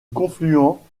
confluent